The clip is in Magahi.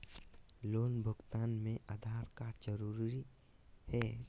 लोन भुगतान में आधार कार्ड जरूरी है?